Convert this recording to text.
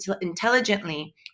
intelligently